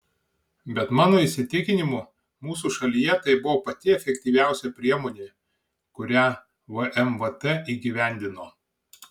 bet mano įsitikinimu mūsų šalyje tai buvo pati efektyviausia priemonė kurią vmvt įgyvendino